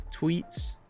tweets